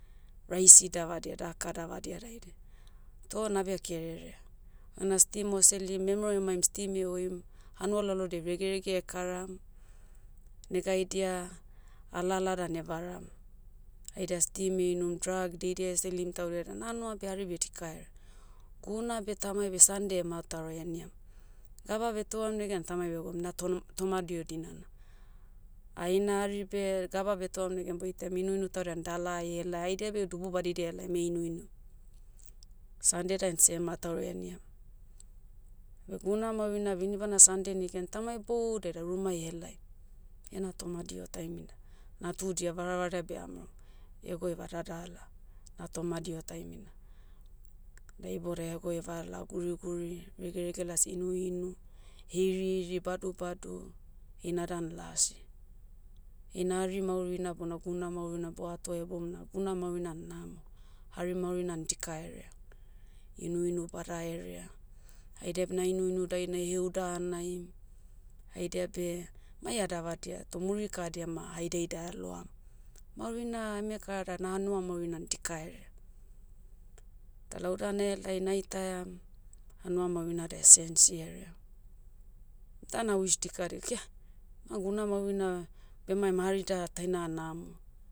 Raisi davadia daka davadia daida, toh nabe kerere. Hona steam o selim memero emaim steam hoim, hanua lalodiai regerege karam. Negaidia, alala dan evaram. Haida steam einum drug daidia selim taudia dan na hanua beh hari beh dikaerea. Guna beh tamai beh sande mataurai eniam. Gaba beh touam negen tamai begoum na tonom- toma dio dinana. Ah ina ari beh gaba beh touam negan boitaiam inuinu taudian dalai helai haidia beh dubu badidia helaim einuinu. Sande dain seh mataurai eniam. Beh guna maurina beh inibana sande negan tama iboudia da rumai helai, ena tomadiho taimina. Natudia varavaradia beamaoro, egoi vada dala, na tomadiho taimina. Da ibodai hegoeva lao guriguri, regerege las inuinu, heirieiri badubadu. Heina dan lasi. Heina ari maurina bona guna maurina boato heboum na guna maurinan namo. Hari maurinan dikaerea. Inuinu badaherea, haida beh na inuinu dainai heuda anai, haida beh, mai adavadia toh murikadia ma haida ida eloam. Mauri na eme kara da na hanua maurinan dikaerea. Da lauda nahelai naitaiam, hanua maurina da esensi herea. Da na wish dikadik ia, na guna maurina, bemaim hari da, taina namo.